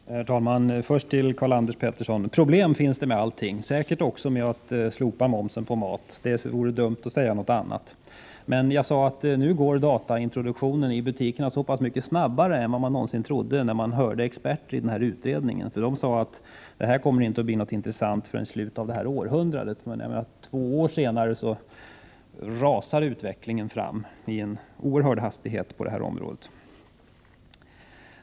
Herr talman! Först till Karl-Anders Petersson: Problem finns det med allting och säkert också med att slopa momsen på mat —det vore dumt att säga något annat. Men vad jag sade var att dataintroduktionen i butikerna går mycket snabbare än vad man någonsin trodde, när man hörde experterna i utredningen, som sade att detta inte skulle bli intressant förrän i slutet av århundradet. Men två år senare rasar alltså utvecklingen på det här området fram med en oerhörd hastighet.